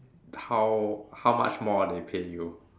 how how much more they pay you